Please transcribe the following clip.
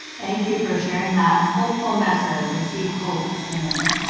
thank you for sharing that hopeful message. i see hope in there.